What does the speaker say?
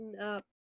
up